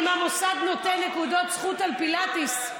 אם המוסד נותן נקודות זכות על פילאטיס,